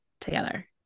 together